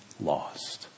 lost